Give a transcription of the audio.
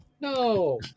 no